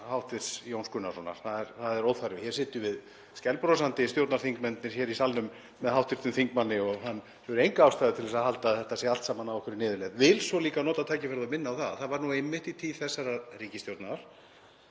þm. Jóns Gunnarssonar. Það er óþarfi. Hér sitjum við skælbrosandi stjórnarþingmennirnir í salnum með hv. þingmanni og hann hefur enga ástæðu til að halda að þetta sé allt saman á einhverri niðurleið. Ég vil líka nota tækifærið og minna á að það var einmitt í tíð þessarar ríkisstjórnar